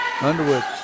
Underwood